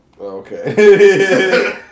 okay